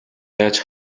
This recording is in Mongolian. яаж